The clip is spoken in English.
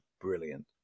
brilliant